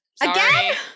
Again